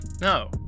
no